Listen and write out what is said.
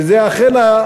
זה אכן,